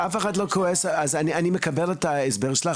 אף אחד לא כועס ואני מקבל את ההסבר שלך,